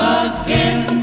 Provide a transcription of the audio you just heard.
again